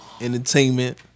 Entertainment